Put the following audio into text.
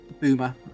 boomer